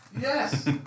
Yes